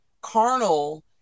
Carnal